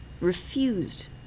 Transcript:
refused